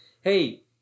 hey